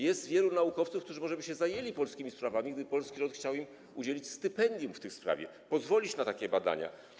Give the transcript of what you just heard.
Jest wielu naukowców, którzy może by się zajęli polskimi sprawami, gdyby polski rząd chciał im udzielić stypendium w tej sprawie, pozwolić na takie badania.